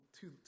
two